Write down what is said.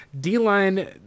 D-line